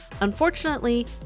Unfortunately